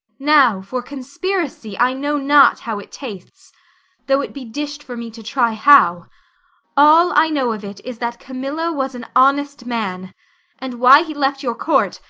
now for conspiracy, i know not how it tastes though it be dish'd for me to try how all i know of it is that camillo was an honest man and why he left your court,